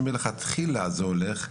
שמלכתחילה זה הולך,